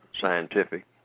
scientific